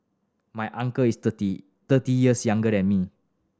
my uncle is thirty thirty years younger than me